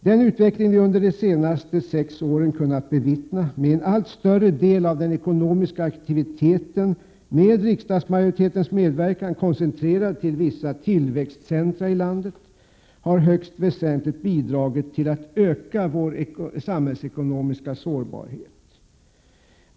Den utveckling vi under de senaste sex åren kunnat bevittna, med en allt större del av den ekonomiska aktiviteten med riksdagsmajoritetens medverkan koncentrerad till vissa tillväxtcentra i landet, har högst väsentligt bidragit till att öka vår samhällsekonomiska sårbarhet.